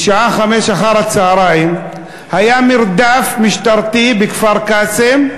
בשעה 17:00 היה מרדף משטרתי בכפר-קאסם.